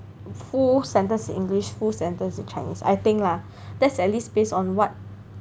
full sentence english full sentence in Chinese I think lah that's at least based on what